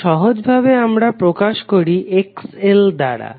তো সহজভাবে আমরা প্রকাশ করি XL দ্বারা